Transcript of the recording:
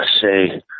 say